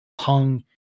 hung